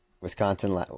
Wisconsin